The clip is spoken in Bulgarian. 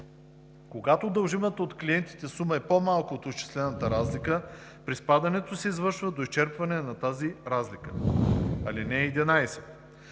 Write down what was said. Когато дължимата от клиенти сума е по-малка от изчислената разлика, приспадането се извършва до изчерпване на тази разлика. (11)